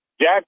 Jack